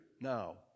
now